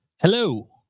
Hello